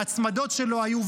והצמדות שלא היו,